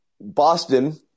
Boston